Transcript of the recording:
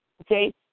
Okay